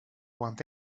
want